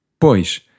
Pois